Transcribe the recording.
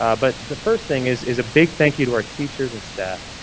ah but the first thing is is a big thank you to our teachers and staff.